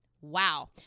Wow